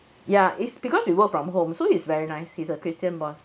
ya it's because we work from home so he's very nice he's a christian boss